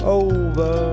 over